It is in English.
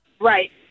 Right